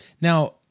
Now